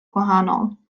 gwahanol